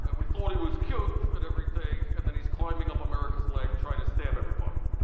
and we thought he was cute at everything and then he's climbing up america's leg trying to stab everybody.